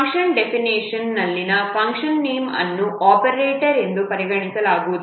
function ಡೆಫಿನಿಷನ್ನಲ್ಲಿನ function name ಅನ್ನು operator ಎಂದು ಪರಿಗಣಿಸಲಾಗುವುದಿಲ್ಲ